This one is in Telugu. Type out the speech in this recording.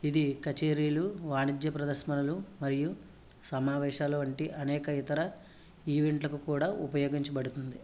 ఇది కచేరీలు వాణిజ్య ప్రదర్శమనలు మరియు సమావేశాలు వంటి అనేక ఇతర ఈవెంట్లకు కూడా ఉపయోగించబడుతుంది